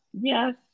Yes